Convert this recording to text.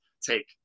take